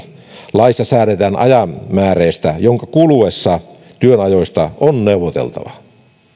laissa säädetään ajan määreestä jonka kuluessa työajoista on neuvoteltava